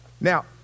Now